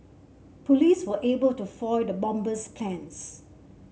police were able to foil the bomber's plans